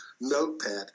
notepad